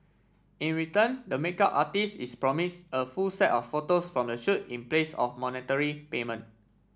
in return the makeup artist is promise a full set of photos from the shoot in place of monetary payment